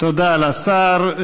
תודה לשר.